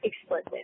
explicit